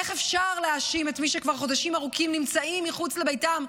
איך אפשר להאשים את מי שכבר חודשים ארוכים נמצאים מחוץ לביתם,